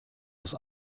aus